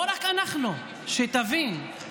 לא רק אנחנו, שתבין, אבל זה